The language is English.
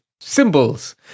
symbols